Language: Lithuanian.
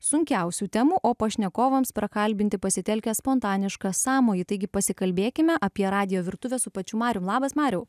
sunkiausių temų o pašnekovams prakalbinti pasitelkia spontanišką sąmojį taigi pasikalbėkime apie radijo virtuvę su pačiu marium labas mariau